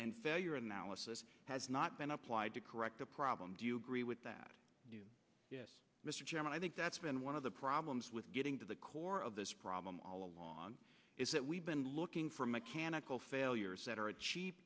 and failure analysis has not been applied to correct the problem do you agree with that mr chairman i think that's been one of the problems with getting to the core of this problem all along is that we've been looking for mechanical failures that are a cheap